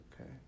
okay